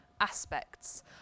aspects